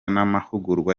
n’amahugurwa